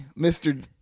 Mr